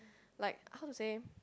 like how to say